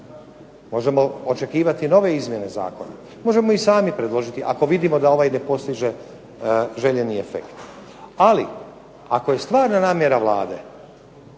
Možemo očekivati nove izmjene zakona, možemo i sami predložiti ako vidimo da ovaj ne postiže željeni efekt. Ali ako je stvarna namjera Vlade